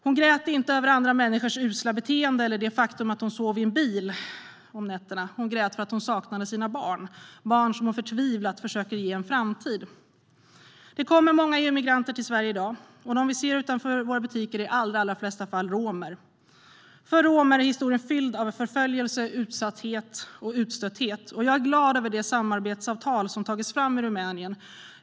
Hon grät inte över andra människor usla beteende eller över det faktum att hon sov i en bil om nätterna. Hon grät för att hon saknade sina barn, barn som hon förtvivlat försöker ge en framtid. Det kommer många EU-migranter till Sverige i dag, och dem vi ser utanför våra butiker är i de allra flesta fall romer. För romer är historien fylld av förföljelse, utsatthet och utstötthet. Jag är glad över det samarbetsavtal som tagits fram med Rumänien.